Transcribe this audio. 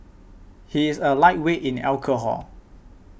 he is a lightweight in alcohol